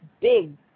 big